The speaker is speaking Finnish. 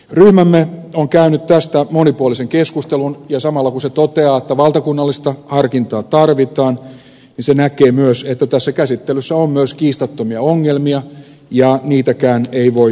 ryhmämme on käynyt tästä monipuolisen keskustelun ja samalla kun se toteaa että valtakunnallista harkintaa tarvitaan se näkee myös että tässä käsittelyssä on myös kiistattomia ongelmia ja niitäkään ei voi unohtaa